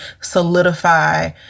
solidify